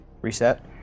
Reset